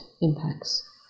impacts